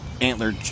antler